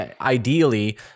Ideally